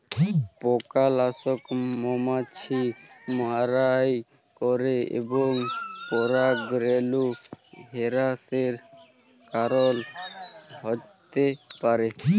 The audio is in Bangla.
পকালাসক মমাছি মারাই ক্যরে এবং পরাগরেলু হেরাসের কারল হ্যতে পারে